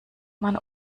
man